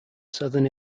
southern